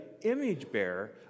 image-bearer